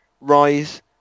rise